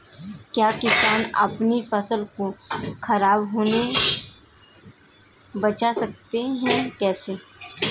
क्या किसान अपनी फसल को खराब होने बचा सकते हैं कैसे?